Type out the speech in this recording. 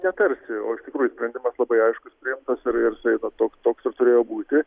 ne tarsi o iš tikrųjų sprendimas labai aiškus priimtas ir ir jisai na toks toks ir turėjo būti